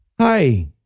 Hi